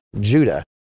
Judah